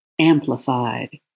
amplified